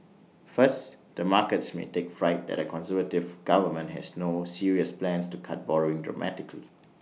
first the markets may take fright that A conservative government has no serious plans to cut borrowing dramatically